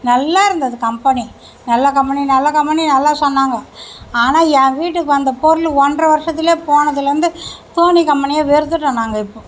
நல்லா இருந்தது கம்பெனி நல்ல கம்பெனி நல்ல கம்பெனின்னு எல்லாம் சொன்னாங்க ஆனால் என் வீட்டுக்கு வந்த பொருள் ஒன்றரை வருஷத்திலேயே போனதுலேருந்து சோனி கம்பெனியே வெறுத்துவிட்டோம் நாங்கள் இப்போது